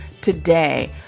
today